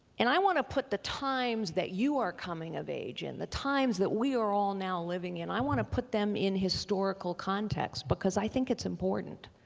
and i want to put the times that you are coming of age in, the times that we are all now living in, i want to put them in historical context because i think it's important.